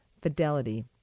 fidelity